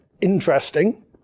interesting